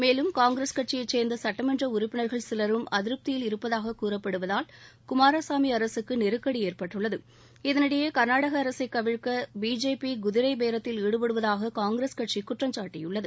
மேலும் காங்கிரஸ் கட்சியைச் சேர்ந்த சட்டமன்ற உறப்பினா்கள் சிலரும் அதிருப்தியில் இருப்பதாக கூறப்படுவதால் குமாரசாமி அரசுக்கு நெருக்கடி ஏற்பட்டுள்ளது இதனிடையே கா்நாடக அரசை கவிழ்க்க பிஜேபி குதிரை பேரத்தில் ஈடுபடுவதாக காங்கிரஸ் கட்சி குற்றம்சாட்டியுள்ளது